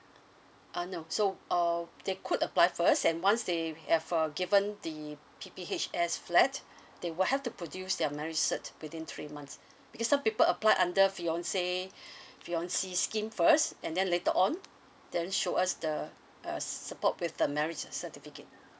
uh no so err they could apply first and once they have uh given the P_P_H_S flat they will have to produce their marriage cert within three months because some people apply under fiance fiancee scheme first and then later on then show us the uh support with the marriage certificate